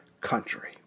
country